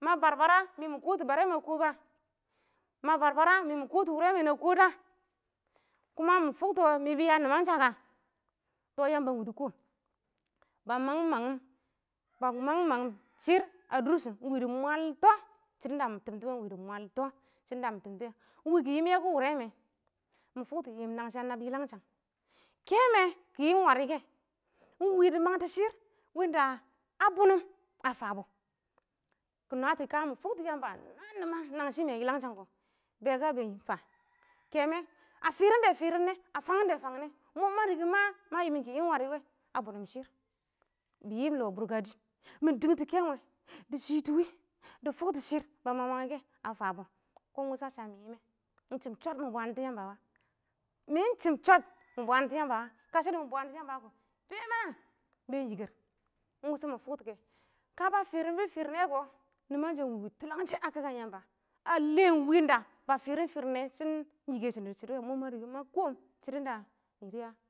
ma barbara mɪ mɪ kɔtʊ bare mɛ a kɔbu a? ma barbara mɪ mɪ kɔtʊ wʊrɛ mɛ na kɔdʊ a? kuma mɪ fʊktɔ mɪ kɪ ya nɪmansa ka, tɔ yamba ɪng wɪ dɪ kɔɔm ba mangɪm mangɪm shɪrr a dʊrshɪn ɪng wɪ dɪ mwaltɔ shɪdɔn da mɪ tɪmtɔ wɛ ɪng wɪ dɪ mwaltɔ shɪdɔn da mɪ timtɔ wɛ ɪng wɪ dɪ mwaltɔ shɔdɔn da mɪ tɪm tɔ kɛ, ɪng kɪ yɪɪm yɛki wʊrɛ mɛ, mɪ fʊk tɔ yɪm nangshɪ a nabbʊ yalangshang kɛmwe kɪ yɪɪm warɪ kɛ, ɪng wɪ dɪ mangtɔ shɪrr a bʊnʊm a fabɔ, kɪ nwatɔ ka mɪ fʊktɔ yamba a nwa nɪman nangshɪ mɛ yɪlangshang kɔ, bɛ ka bɛ fa kɛmwɛ a fɪrɪndɛ fɪrɪndɛ a fangɪn nɛdɛ, fangɪn ɪgn mɔ ma ma yɪmɪn kɪ yɪm warɪ wɛ, a bʊnʊm shɪrr kɪ yɪm lɔ bʊrka dɪɪn mɪ dɪntʊ kɛnwɛ dɪ shɪtʊ wɪ dɪ fʊktɔ shɪrr ba mamg mange kɛ a fabɔ kɔn ɪng wʊshɔ a sha Mɪ Yɪmɛ ɪng chim chod mɪ bwaantɔ yamba wa mɪ ɪng chɪn chod mɪ bwaantɔ yamba wa kashɪ mɪ bwanktɔ yamba wɔ kɔ be na ma yɪkɛr ɪng wʊshɔ mɪ fʊktɔ kɛ ka ba fɪrɪn bɔ fɪrɪn nɛ kɔ nɪmanshɔ ɪng wɪ tʊlan shɛ a kakan yamba a lɛm wɪda ba fɪrɪn fɪrɪne shɪ ɪng yɪkɛr shɪ dɪ shɪdɪ wɪnda ɪng mɔ ma rɪke ma kɔɔm shidɔn da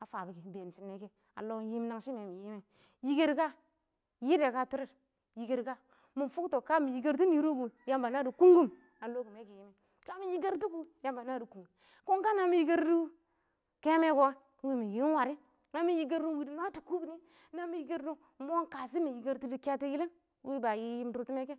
a fabɔ ɪng been dɪ shɪnɪ nɛ kɛ a lɔ yɪm nangshɪ mɛ mɪ yɪm mɛ yɪkɛr ka yɪdɛ ka tʊrɪd yɪkɛr, mɪ fʊktɔ ka mɪ yɪkɛrtʊ nɪ nɪ wʊ kʊ yamba nadɪ kungkʊm a lɔ kɪm ma kamɪ yɪkɛr tʊ yamba nadɪ kungkun ka nami yɪkardʊ kɛmɛ kʊ ɪng mɪ yɪm warɪ ngwi dɪ nwatɔ kubini nami yɪkɛrdu ɪng mo ɪng kashɔ mɪ yikɛrtu dɪ ketu yilin wɪ ba durtume ke